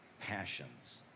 passions